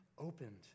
opened